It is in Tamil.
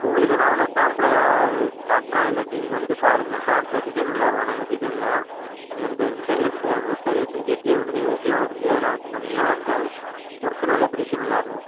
உங்களுக்கு நான் வந்து சாம்பிள் எதாவது காட்டுகிறேன் இல்லாட்டி நீங்கள் வந்து பாருங்கள் நான் அந்த டிசைன் நல்லா இருக்கும் ஆனால் அந்த டிசைன்லாம் நீங்கள் அந்த ஸ்டெயின்லெஸ் அந்த ஸ்டெயின்லெஸ் கேட்டில் வந்து நீங்கள் வுட்டெலாம் வச்சு அதலாம் வச்சு பண்ணிங்கன்னால் அந்த ஒர்க் நல்ல ஃபினிஷிங் நல்லா இருக்கும்